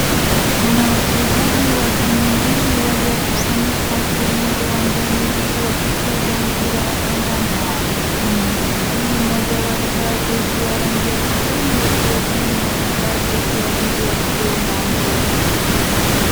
Kuna wachezaji wa timu mbili waliokusanyika kwenye uwanjani huku wakicheza mpira ya kandanda. Timu hizi mbili moja walivaa jezi ya rangi ya kijani huku wengine wakivaa jezi ya rangi ya bluu na meupe.